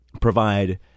provide